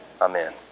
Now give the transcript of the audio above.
Amen